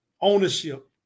Ownership